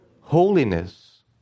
holiness